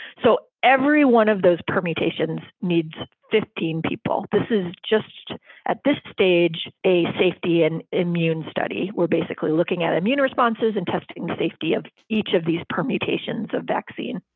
so every one of those permutations needs fifteen people. this is just at this stage, a safety and immune study. we're basically looking at immune responses and testing the safety of each of these permutations of vaccine.